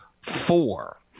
four